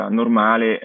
normale